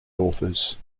authors